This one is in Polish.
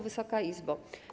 Wysoka Izbo!